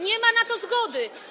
Nie ma na to zgody.